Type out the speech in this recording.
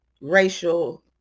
racial